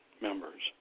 members